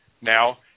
Now